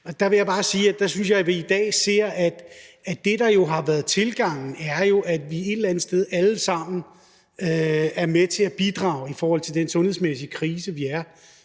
sige, at jeg synes, at vi i dag ser, at det, der har været tilgangen, er, at vi et eller andet sted alle sammen er med til at bidrage i forhold til den sundhedsmæssige krise, vi er